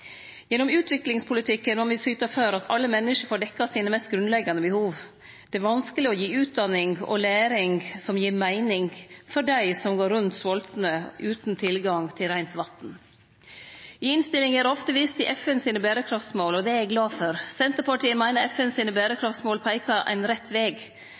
Gjennom utviklingspolitikken må me syte for at alle menneske får dekt sine mest grunnleggjande behov. Det er vanskeleg å gi utdanning og læring som gir meining for dei som går rundt svoltne, utan tilgang til reint vatn. I innstillinga er det ofte vist til FNs berekraftsmål, og det er eg glad for. Senterpartiet meiner FNs berekraftsmål peiker ein rett veg.